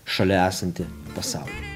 šalia esantį pasaulį